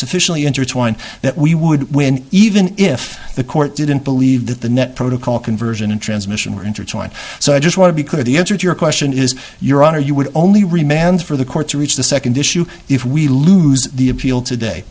sufficiently intertwined that we would win even if the court didn't believe that the net protocol conversion and transmission were intertwined so i just want to be clear the answer to your question is your honor you would only remained for the court to reach the second issue if we lose the appeal today